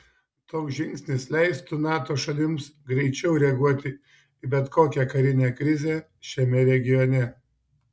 toks žingsnis leistų nato šalims greičiau reaguoti į bet kokią karinę krizę šiame regione